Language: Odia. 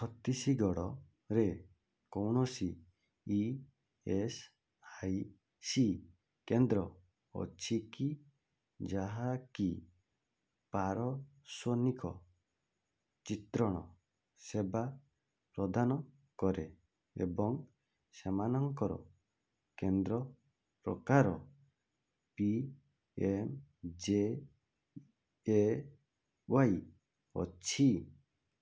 ଛତିଶଗଡ଼ରେ କୌଣସି ଇ ଏସ୍ ଆଇ ସି କେନ୍ଦ୍ର ଅଛି କି ଯାହାକି ପାରସ୍ଵନିକ ଚିତ୍ରଣ ସେବା ପ୍ରଦାନ କରେ ଏବଂ ସେମାନଙ୍କର କେନ୍ଦ୍ର ପ୍ରକାର P M J A Y ଅଛି